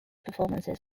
performances